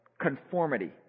conformity